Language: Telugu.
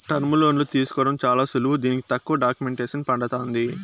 టర్ములోన్లు తీసుకోవడం చాలా సులువు దీనికి తక్కువ డాక్యుమెంటేసన్ పడతాంది